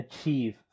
achieve